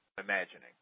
imagining